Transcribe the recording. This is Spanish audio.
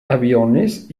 aviones